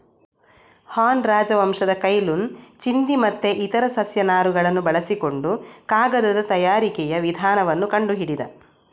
ಹಾನ್ ರಾಜವಂಶದ Cai Lun ಚಿಂದಿ ಮತ್ತೆ ಇತರ ಸಸ್ಯ ನಾರುಗಳನ್ನ ಬಳಸಿಕೊಂಡು ಕಾಗದದ ತಯಾರಿಕೆಯ ವಿಧಾನವನ್ನ ಕಂಡು ಹಿಡಿದ